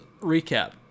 Recap